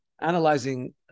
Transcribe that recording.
analyzing